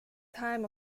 time